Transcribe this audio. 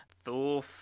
Thor